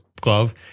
glove